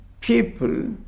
people